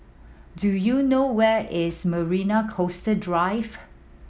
do you know where is Marina Coastal Drive